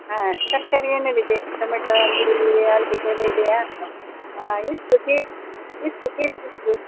ಹಾಂ ತರಕಾರಿ ಏನೇನಿದೆ ಟಮೆಟೊ ಈರುಳ್ಳಿ ಆಲೂಗಡ್ಡೆ ಎಲ್ಲ ಇದೆಯಾ ಹಾಂ ಎಷ್ಟು ಕೆ ಎಷ್ಟು ಕೆ ಜಿಗೆಷ್ಟು